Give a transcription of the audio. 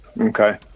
Okay